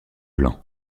blanc